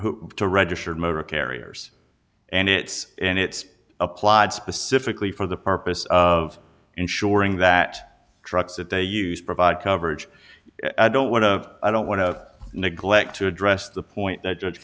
are registered motor carriers and it's and it's applied specifically for the purpose of insuring that trucks that they use provide coverage i don't want to i don't want to neglect to address the point that